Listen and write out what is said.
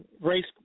race